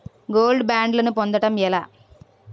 Gold బ్యాండ్లను పొందటం ఎలా?